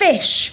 Fish